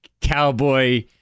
cowboy